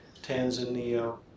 Tanzania